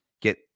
get